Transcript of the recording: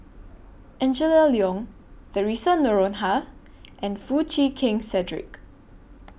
Angela Liong Theresa Noronha and Foo Chee Keng Cedric